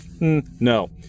No